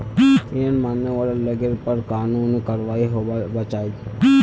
हिरन मारने वाला लोगेर पर कानूनी कारवाई होबार चाई